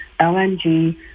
LNG